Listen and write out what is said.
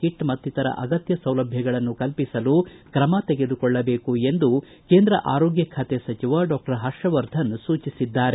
kit ಮತ್ತಿತರ ಅಗತ್ಯ ಸೌಲಭ್ಞಗಳನ್ನು ಕಲ್ಪಿಸಲು ಕ್ರಮಗಳನ್ನು ಕೈಗೊಳ್ಳಬೇಕು ಎಂದು ಕೇಂದ್ರ ಆರೋಗ್ಯ ಖಾತೆ ಸಚಿವ ಡಾಕ್ಸರ್ ಹರ್ಷವರ್ಧನ್ ಸೂಚಿಸಿದ್ದಾರೆ